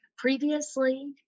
Previously